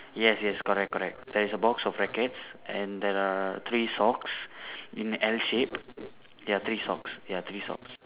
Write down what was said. yes yes correct correct there is a box of brackets and there are three socks in L shape ya three socks ya three socks